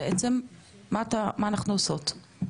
בעצם מה אנחנו עושות?